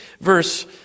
Verse